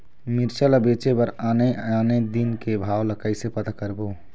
मिरचा ला बेचे बर आने आने दिन के भाव ला कइसे पता करबो?